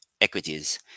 equities